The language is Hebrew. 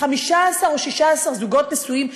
15 או 16 זוגות נשואים,